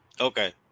Okay